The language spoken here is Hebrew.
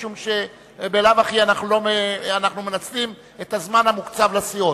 משום שבלאו הכי אנחנו מנצלים את הזמן המוקצב לסיעות.